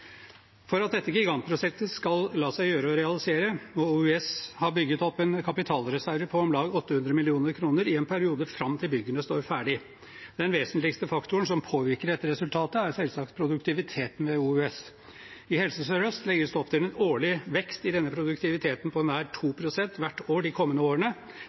For at dette gigantprosjektet skal la seg gjøre å realisere, må OUS ha bygget opp en kapitalreserve på om lag 800 mill. kr i en periode fram til byggene står ferdig. Den vesentligste faktoren som påvirker dette resultatet, er selvsagt produktiviteten ved OUS. I Helse Sør-Øst legges det opp til en årlig vekst i denne produktiviteten på nær 2 pst. hvert år de kommende årene.